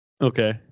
Okay